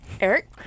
Eric